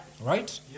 right